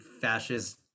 fascist